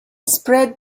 spread